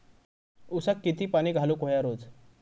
ऊसाक किती पाणी घालूक व्हया रोज?